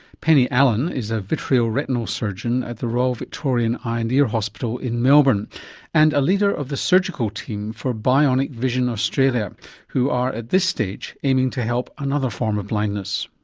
penny allen is a vitreoretinal surgeon at the royal victorian eye and ear hospital in melbourne and a leader of the surgical team for bionic vision australia who are at this stage aiming to help another form of blindness.